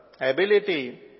Ability